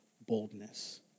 Boldness